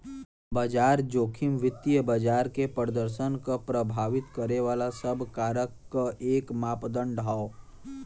बाजार जोखिम वित्तीय बाजार के प्रदर्शन क प्रभावित करे वाले सब कारक क एक मापदण्ड हौ